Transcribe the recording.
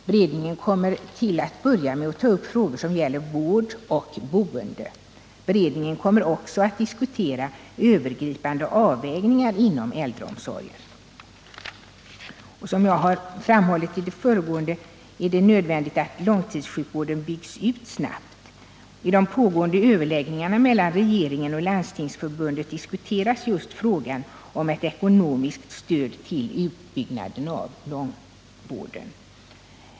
Beredningen kommer till en början att ta upp frågor som gäller vård och boende. Beredningen kommer också att diskutera övergripande avvägningar inom äldreomsorgen. Som jag framhållit i det föregående är det nödvändigt att långtidssjukvården byggs ut snabbt. Vid de pågående överläggningarna mellan regeringen och Landstingsförbundet diskuteras just frågan om ekonomiskt stöd till utbyggnad av långvården.